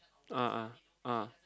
uh uh uh